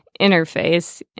interface